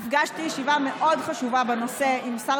נפגשתי בישיבה מאוד חשובה בנושא עם השר